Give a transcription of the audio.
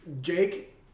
Jake